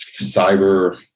cyber